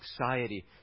anxiety